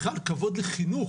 בכלל, כבוד לחינוך,